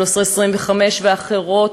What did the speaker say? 1325 ואחרות,